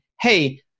hey